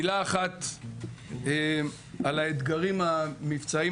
מילה אחת על האתגרים המבצעיים.